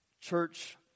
Church